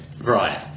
right